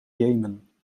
jemen